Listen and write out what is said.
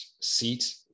seat